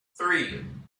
three